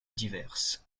diverses